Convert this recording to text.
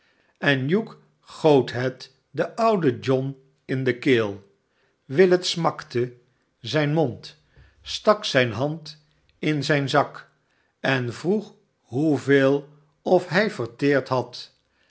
en hugh goot het den ouden john in de keel willet smakte zijn mond stak zijne hand in zijn zak en vroeg hoeveel of hij verteerd had